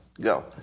Go